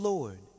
Lord